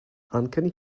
uncanny